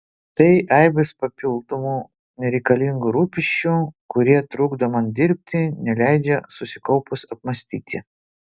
tai aibės papildomų nereikalingų rūpesčių kurie trukdo man dirbti neleidžia susikaupus apmąstyti